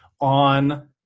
on